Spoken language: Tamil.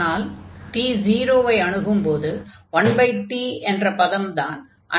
ஆனால் t 0 ஐ அணுகும் போது 1t என்ற பதம்தான் அன்பவுண்டடாக ஆகும்